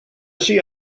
sydd